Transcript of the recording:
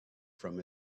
from